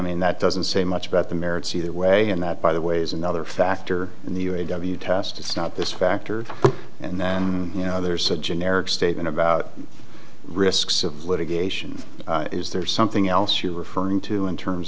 mean that doesn't say much about the merits either way and that by the way as another factor in the u a w test it's not this factor and you know there's a generic statement about risks of litigation is there something else you refer to in terms